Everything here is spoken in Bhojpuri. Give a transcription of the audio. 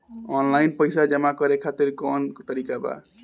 आनलाइन पइसा जमा करे खातिर कवन तरीका बा?